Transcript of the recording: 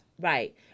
Right